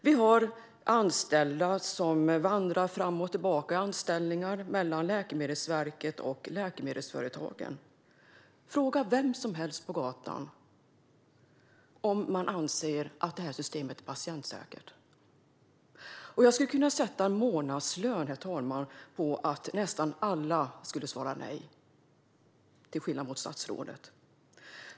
Vidare vandrar anställda fram och tillbaka i anställningar mellan Läkemedelsverket och läkemedelsföretagen. Vi kan fråga vem som helst på gatan om de anser att detta system är patientsäkert. Jag kan sätta en månadslön på att nästan alla skulle svara nej - till skillnad från statsrådet.